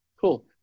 cool